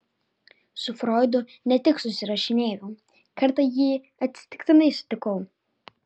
su froidu ne tik susirašinėjau kartą jį atsitiktinai sutikau